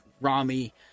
Rami